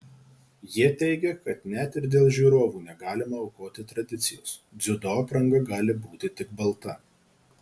jie teigia kad net ir dėl žiūrovų negalima aukoti tradicijos dziudo apranga gali būti tik balta